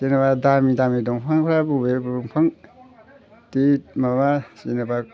जेनेबा दामि दामि बिफांफ्रा बबे बिफां दे माबा जेनेबा